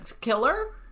killer